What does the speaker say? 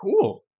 cool